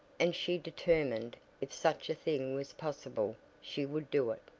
and she determined, if such a thing was possible she would do it.